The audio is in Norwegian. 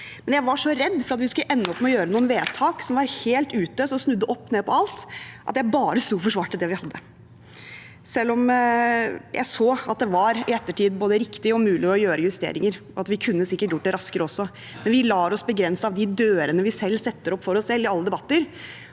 var jeg så redd for at vi skulle ende opp med å gjøre noen vedtak som var helt ute, som snudde opp ned på alt, at jeg bare sto og forsvarte det vi hadde – selv om jeg så i ettertid at det var både riktig og mulig å gjøre justeringer, og at vi kunne sikkert gjort det raskere også. Vi lar oss begrense av de dørene vi selv setter opp for oss selv i alle debatter,